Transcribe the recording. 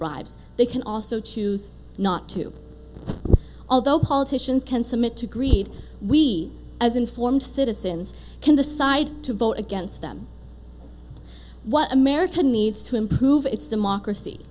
bribes they can also choose not to although politicians can submit to greed we as informed citizens can decide to vote against them what america needs to improve its democracy